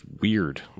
weird